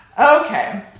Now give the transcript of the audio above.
Okay